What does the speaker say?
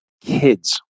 kids